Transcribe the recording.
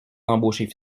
embaucher